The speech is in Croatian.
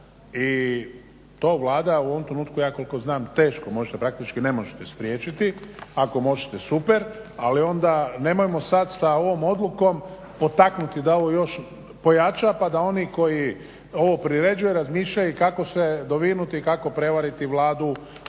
i to Vlada u ovom trenutku ja koliko znam teško može, praktički ne možete spriječiti, ako možete super. Ali onda nemojmo sad sa ovom odlukom potaknuti da ovo još pojača pa da oni koji ovo priređuju razmišljaju i kako se dovinuti i kako prevariti Vladu,